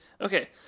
okay